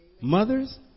Mothers